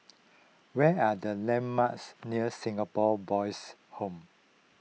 what are the landmarks near Singapore Boys' Home